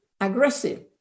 aggressive